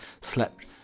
slept